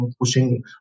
pushing